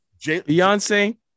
Beyonce